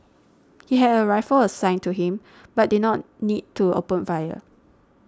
he had a rifle assigned to him but did not need to open fire